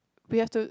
we have to